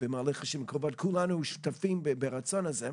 במהלך השנים הקרובות, כולנו שותפים לרצון הזה.